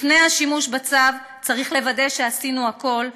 לפני השימוש בצו צריך לוודא שעשינו הכול,